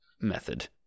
method